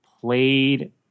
played